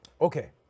Okay